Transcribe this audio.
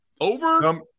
Over